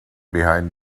behind